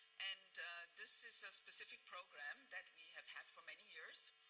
and this is a specific program that we have had for many years,